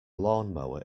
lawnmower